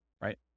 right